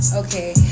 okay